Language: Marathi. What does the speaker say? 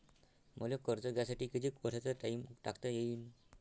मले कर्ज घ्यासाठी कितीक वर्षाचा टाइम टाकता येईन?